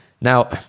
Now